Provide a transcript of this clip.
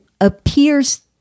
appears